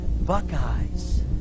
Buckeyes